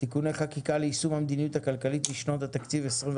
תיקוני חקיקה ליישום המדיניות הכלכלית לשנות התקציב 21 ,